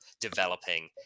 developing